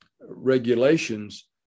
regulations